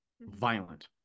violent